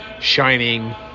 shining